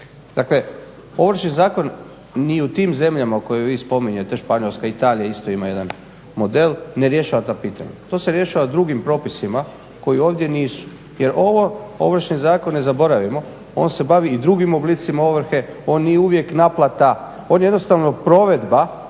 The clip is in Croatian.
dakle Ovršni zakon ni u tim zemljama koje vi spominjete, Španjolska, Italija, isto ima jedan model, ne rješava ta pitanja. To se rješava drugim propisima koji ovdje nisu jer ovo Ovršni zakon, ne zaboravimo, on se bavi i drugim oblicima ovrhe, on nije uvijek naplata, on je jednostavno provedba,